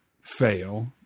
fail –